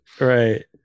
Right